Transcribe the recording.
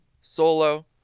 solo